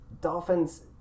Dolphins